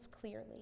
clearly